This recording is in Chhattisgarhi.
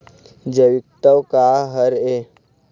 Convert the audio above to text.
जैविकतत्व का हर ए?